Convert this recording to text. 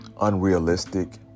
unrealistic